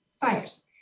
fires